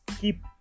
keep